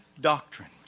doctrine